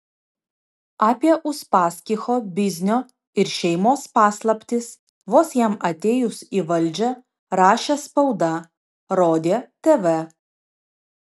apie uspaskicho biznio ir šeimos paslaptis vos jam atėjus į valdžią rašė spauda rodė tv